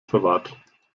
verwahrt